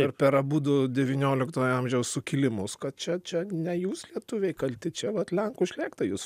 ir per abudu devynioliktojo amžiaus sukilimus kad čia čia ne jūs lietuviai kalti čia vat lenkų šlėkta jus